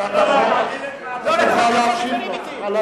תוכל להשיב לו.